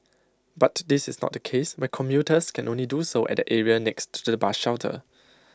but this is not case where commuters can only do so at the area next to the bus shelter